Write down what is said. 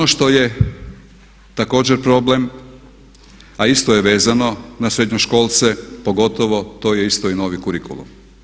Ono što je također problem a isto je vezano na srednjoškolce, pogotovo to je isto i novi kurikulum.